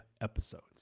episodes